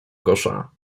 kosza